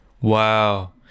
wow